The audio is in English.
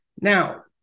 Now